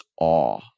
awe